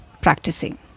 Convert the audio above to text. practicing